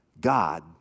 God